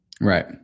Right